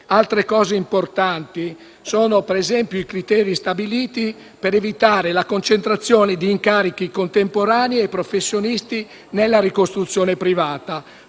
Altre novità importanti sono - ad esempio - i criteri stabiliti per evitare la concentrazione di incarichi contemporanei ai professionisti nella ricostruzione privata: